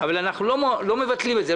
אבל אנחנו לא מבטלים את זה,